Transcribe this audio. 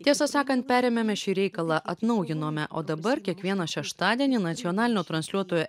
tiesą sakant perėmėme šį reikalą atnaujinome o dabar kiekvieną šeštadienį nacionalinio transliuotojo